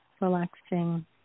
relaxing